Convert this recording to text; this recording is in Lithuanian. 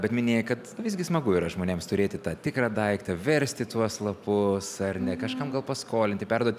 bet minėjai kad visgi smagu ir žmonėms turėti tą tikrą daiktą versti tuos lapus ar ne kažkam gal paskolinti perduoti